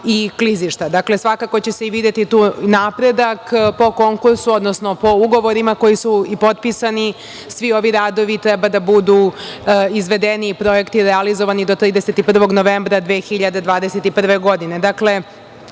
i klizišta. Dakle, svakako će se videti tu napredak po konkursu, odnosno po ugovorima koji su i potpisani. Svi ovi radovi treba da budu izvedeni i projekti realizovani do 31. novembra 2021. godine. Takođe,